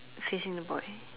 facing the boy